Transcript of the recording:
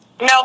No